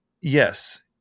yes